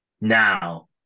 Now